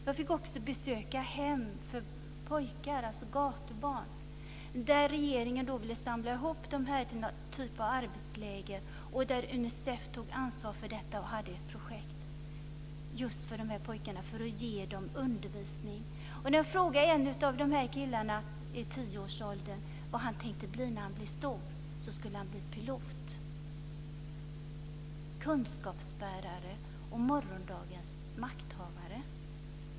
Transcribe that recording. Vi fick också besöka hem för pojkar, alltså gatubarn. Regeringen ville samla ihop dem till någon typ av arbetsläger. Unicef tog ansvar för detta och hade ett projekt just för de här pojkarna, för att ge dem undervisning. Jag frågade en av de här killarna i tioårsåldern vad han tänkte bli när han blev stor. Han skulle bli pilot.